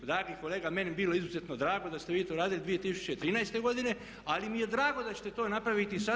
Dragi kolega, meni bi bilo izuzetno drago da ste vi to radili 2013. godine, ali mi je drago da ćete to napraviti i sada.